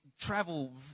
travel